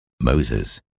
Moses